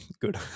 good